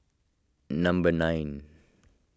number nine